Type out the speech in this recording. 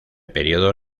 período